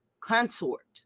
consort